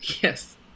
yes